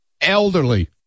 Elderly